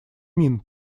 мин